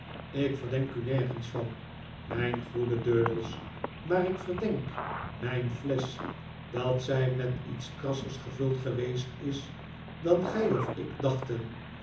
ik verdenk u nergens van myn goede durdels maar ik verdenk myn flesch dat zy met iets krassers gevuld geweest is dan gy of ik dachten